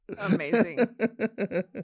Amazing